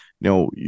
Now